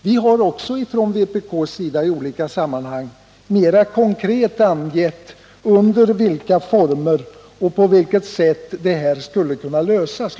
Vi har också från vpk i många sammanhang mera konkret angivit under vilka former och på vilket sätt detta skulle kunna lösas.